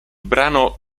brano